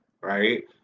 right